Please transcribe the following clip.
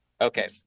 okay